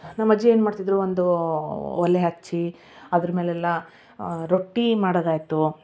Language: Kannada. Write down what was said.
ನಮ್ಮ ಅಜ್ಜಿ ಏನು ಮಾಡ್ತಿದ್ದರು ಒಂದೂ ಒಲೆ ಹಚ್ಚಿ ಅದ್ರ ಮೇಲೆಲ್ಲ ರೊಟ್ಟಿ ಮಾಡೋದಾಯ್ತು